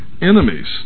enemies